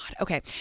Okay